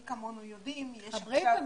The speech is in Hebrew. מי כמונו יודעים זאת.